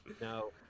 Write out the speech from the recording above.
no